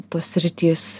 tos sritys